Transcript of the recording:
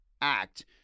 act